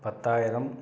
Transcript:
பத்தாயிரம்